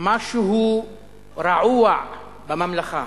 שמשהו רעוע בממלכה,